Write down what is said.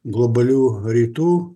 globalių rytų